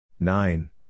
Nine